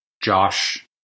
Josh